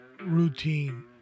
routine